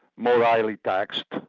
more highly taxed,